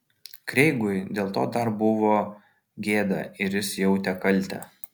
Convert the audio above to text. kreigui dėl to dar buvo gėda ir jis jautė kaltę